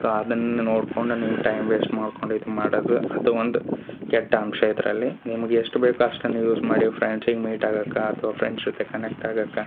so ಅದನ್ನೇ ನೋಡ್ಕೊಂಡು ನೀವು ಟೈಮ್ ವೇಸ್ಟ್ ಮಾಡ್ಕೊಂಡೆ ಇದು ಮಾಡದು ಮತ್ತು ಒಂದು ಕೆಟ್ಟ ಅಂಶ ಇದರಲ್ಲಿ ನಿಮ್ಗೆ ಎಷ್ಟು ಬೇಕೋ ಅಷ್ಟನ್ನ ಯೂಸ್ ಮಾಡಿ ಫ್ರೆಂಡ್ಸಿಗೆ ಮೀಟ್ ಆಗಕ್ಕೆ ಅಥ್ವ ಫ್ರೆಂಡ್ಸ್ ಜೊತೆ ಕನೆಕ್ಟಾಗಕ್ಕ